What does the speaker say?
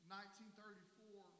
1934